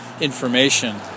information